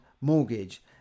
mortgage